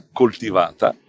coltivata